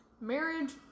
marriage